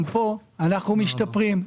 אנו משתפרים.